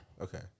Okay